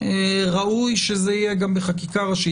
ראוי שזה יהיה גם בחקיקה ראשית.